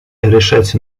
решать